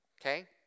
okay